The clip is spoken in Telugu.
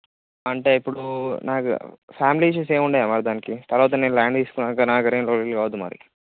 అంటే ఇప్పుడు నాకు ఫ్యామిలీ ఇష్యూస్ ఏమి ఉన్నాయా అన్న దానికి తర్వాత నేను ల్యాండ్ తీసుకున్నాక నాకు ఏమి లొల్లిలు కావద్దు మరి